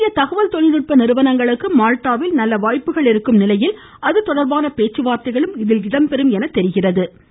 இந்திய தகவல் தொழில்நுட்ப நிறுவனங்களுக்கு மால்ட்டாவில் நல்ல வாய்ப்புகள் இருக்கும் நிலையில் அது தொடர்பான பேச்சுவார்த்தைகளும் நடைபெறும் என எதிர்பார்க்கப்படுகிறது